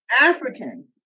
African